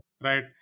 Right